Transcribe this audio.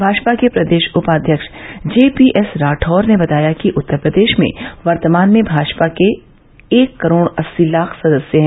भाजपा के प्रदेष उपाध्यक्ष जेपीएस राठौर ने बताया कि उत्तर प्रदेष में वर्तमान में भाजपा के एक करोड़ अस्सी लाख सदस्य हैं